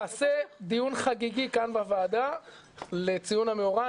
תעשה דיון חגיגי כאן בוועדה לציון המאורע,